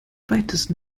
weitesten